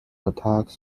attack